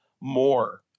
more